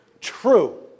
True